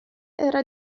era